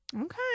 Okay